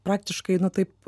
praktiškai nu taip